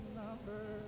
number